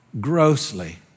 grossly